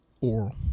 Oral